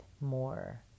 more